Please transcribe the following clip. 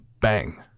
bang